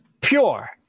pure